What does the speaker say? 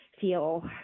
feel